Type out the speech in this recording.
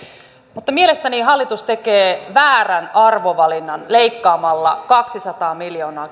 mutta mielestäni hallitus tekee väärän arvovalinnan leikkaamalla kaksisataa miljoonaa